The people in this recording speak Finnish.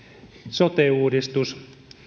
sote uudistus